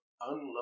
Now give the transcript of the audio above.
unload